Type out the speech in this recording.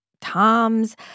Tom's